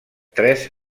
tres